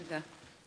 תודה.